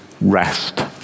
rest